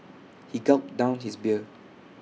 he gulped down his beer